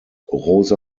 rosa